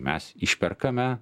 mes išperkame